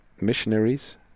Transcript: missionaries